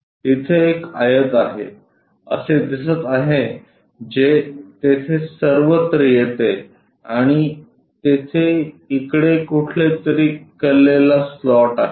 तिथे एक आयत आहे असे दिसत आहे जे तेथे सर्वत्र येते आणि तेथे इकडे कुठेतरी कललेला स्लॉट आहे